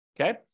Okay